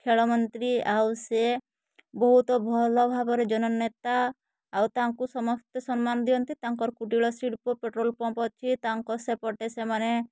ଖେଳ ମନ୍ତ୍ରୀ ଆଉ ସେ ବହୁତ ଭଲ ଭାବରେ ଜନନେତା ଆଉ ତାଙ୍କୁ ସମସ୍ତେ ସମ୍ମାନ ଦିଅନ୍ତି ତାଙ୍କର କୁଟିଳ ଶିଳ୍ପ ପେଟ୍ରୋଲ୍ ପମ୍ପ୍ ଅଛି ତାଙ୍କ ସେପଟେ ସେମାନେ